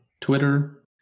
Twitter